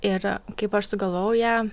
ir kaip aš sugalvojau ją